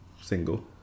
single